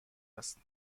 است